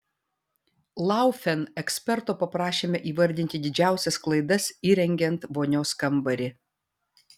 laufen eksperto paprašėme įvardinti didžiausias klaidas įrengiant vonios kambarį